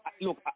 Look